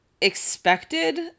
expected